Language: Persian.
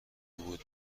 بود